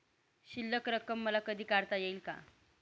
शिल्लक रक्कम मला कधी काढता येईल का?